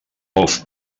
golf